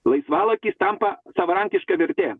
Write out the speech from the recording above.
laisvalaikis tampa savarankiška vertė